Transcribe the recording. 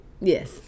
yes